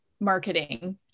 marketing